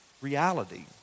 reality